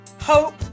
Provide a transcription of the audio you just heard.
Hope